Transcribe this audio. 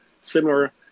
similar